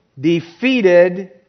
defeated